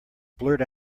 blurt